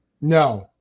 No